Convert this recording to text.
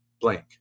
blank